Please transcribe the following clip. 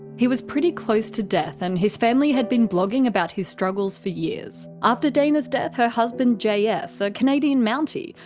he was pretty close to death, and his family had been blogging about his struggles for years. after dana's death, her husband js, a canadian mountie,